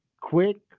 quick